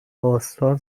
باستان